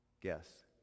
Guess